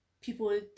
people